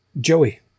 Joey